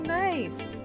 nice